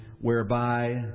whereby